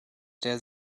der